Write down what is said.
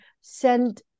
Send